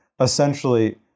Essentially